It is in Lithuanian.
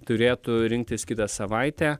turėtų rinktis kitą savaitę